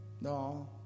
No